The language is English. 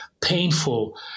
painful